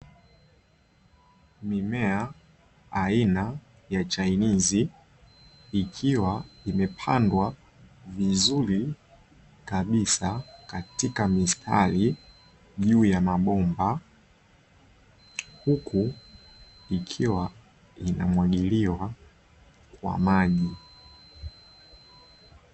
Mimea aina ya chinese, ikiwa imepandwa vizuri kabisa katika mistari juu ya mabomba, huku ikiwa inamwagiliwa kwa maji.